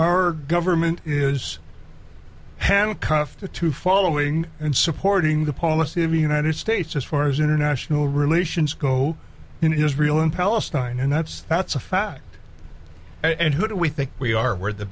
our government is handcuffed to following and supporting the policy of the united states as far as international relations go in israel and palestine and that's that's a fact and who do we think we are where the